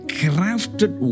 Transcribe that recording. crafted